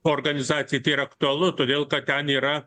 organizacijai tai yra aktualu todėl kad ten yra